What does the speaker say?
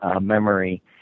memory